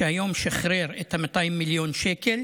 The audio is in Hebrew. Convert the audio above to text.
שהיום שחרר את ה-200 מיליון שקל